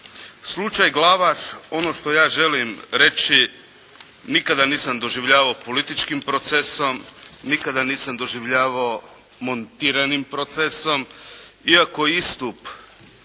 Slučaj Glavaš ono što ja želim reći nikada nisam doživljavao političkim procesom, nikada nisam doživljavao montiranim procesom iako istup